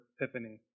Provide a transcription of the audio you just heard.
epiphany